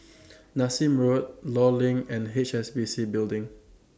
Nassim Road law LINK and H S B C Building